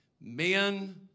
men